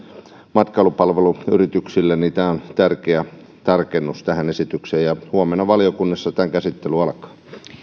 matkailupalveluyrityksille tärkeä tarkennus tähän esitykseen ja huomenna valiokunnassa tämän käsittely alkaa